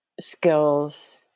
skills